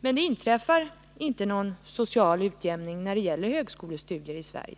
Men det har inte skett någon social utjämning när det gäller högskolestudier i Sverige.